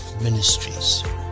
Ministries